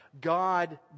God